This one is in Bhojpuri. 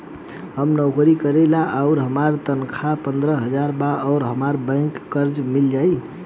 हम नौकरी करेनी आउर हमार तनख़ाह पंद्रह हज़ार बा और हमरा बैंक से कर्जा मिल जायी?